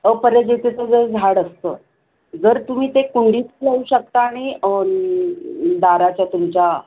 अपराजीतेचं जर झाड असतं जर तुम्ही ते कुंडीत लावू शकता आणि दाराच्या तुमच्या